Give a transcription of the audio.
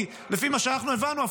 כי לפי מה שאנחנו הבנו,